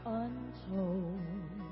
untold